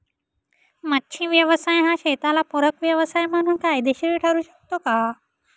मच्छी व्यवसाय हा शेताला पूरक व्यवसाय म्हणून फायदेशीर ठरु शकतो का?